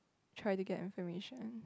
try to get information